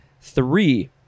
Three